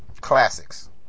Classics